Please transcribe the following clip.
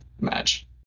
match